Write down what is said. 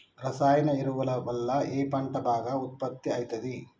రసాయన ఎరువుల వల్ల ఏ పంట బాగా ఉత్పత్తి అయితది?